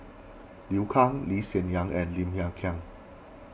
Liu Kang Lee Hsien Yang and Lim Hng Kiang